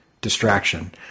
distraction